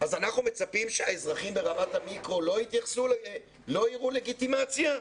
אז אנחנו מצפים שהאזרחים ברמת המיקרו לא יראו לגיטימציה?